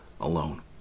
alone